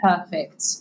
perfect